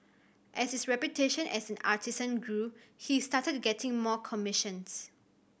as his reputation as an artisan grew he started getting more commissions